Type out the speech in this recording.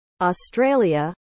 Australia